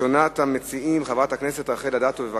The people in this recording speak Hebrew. הראשונה במציעים, חברת הכנסת רחל אדטו, בבקשה.